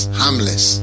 harmless